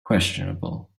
questionable